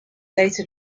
later